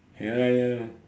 ya lah ya lah